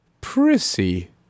Prissy